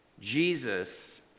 Jesus